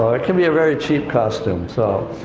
it can be a very cheap costume, so.